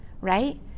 right